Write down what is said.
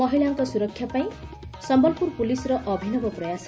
ମହିଳାଙ୍କ ସୁରକ୍ଷା ପାଇଁ ସମ୍ୟଲପୁର ପୁଲିସ୍ର ଅଭିନବ ପ୍ରୟାସ